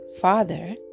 Father